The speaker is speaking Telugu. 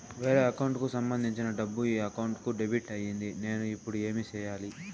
వేరే అకౌంట్ కు సంబంధించిన డబ్బు ఈ అకౌంట్ కు డెబిట్ అయింది నేను ఇప్పుడు ఏమి సేయాలి